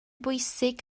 bwysig